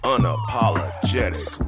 Unapologetic